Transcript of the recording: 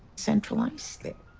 central islip.